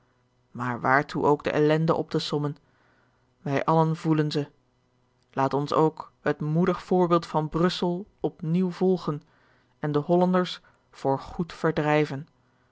maar waartoe ook de ellende op te sommen wij allen voelen ze laat ons ook het moedig voorbeeld van brussel op nieuw volgen en de hollanders voor goed verdrijven